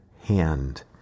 hand